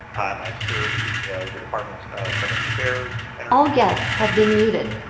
um i serve the the departments of veterans affairs and all guests have been muted.